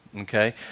Okay